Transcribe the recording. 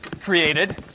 created